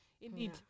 indeed